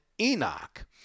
Enoch